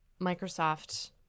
Microsoft